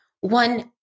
one